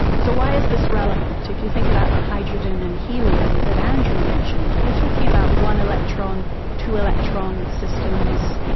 so why is this relevant? if you think about the hydrogen and helium that andrew mentioned, we're talking about one-electron, two-electron systems.